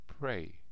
Pray